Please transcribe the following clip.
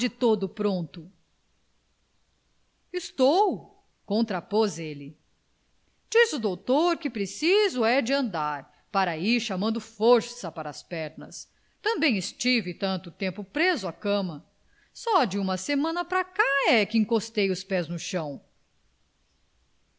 todo pronto estou contrapôs ele diz o doutor que preciso é de andar para ir chamando força às pernas também estive tanto tempo preso à cama só de uma semana pra cá é que encostei os pés no chão